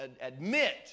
admit